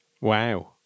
Wow